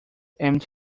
aims